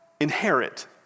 Inherit